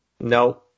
No